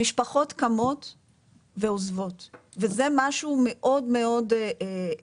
המשפחות קמות ועוזבות, וזה משהו מאוד קריטי.